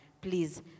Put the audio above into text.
Please